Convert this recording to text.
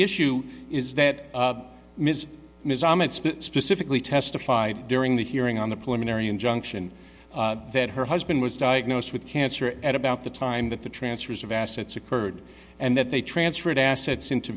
issue is that ms specifically testified during the hearing on the poor mary injunction that her husband was diagnosed with cancer at about the time that the transfers of assets occurred and that they transferred assets into